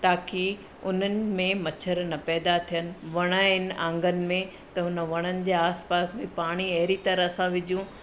ताक़ी उन्हनि में मछर न पैदा थियनि वण आहिनि आंगन में त हुन वणनि जे आसपासि बि पाणी अहिड़ी तरह सां विझूं